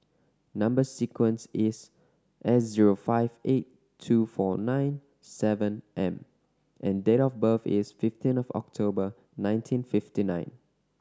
number sequence is S zero five eight two four nine seven M and date of birth is fifteen of October nineteen fifty nine